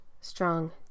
strong